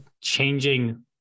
changing